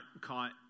caught